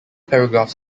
paragraphs